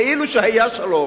כאילו שהיה שלום,